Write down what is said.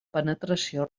penetració